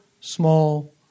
small